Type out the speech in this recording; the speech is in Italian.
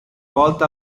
volta